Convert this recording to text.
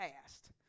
past